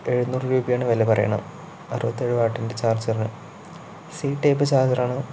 എഴുനൂറു രൂപയാണ് വില പറയുന്നത് അറുവത്തേഴ് വാട്ടിൻ്റെ ചാർജ്ജറിനു സീ ടൈപ്പ് ചാർജ്ജറാണ്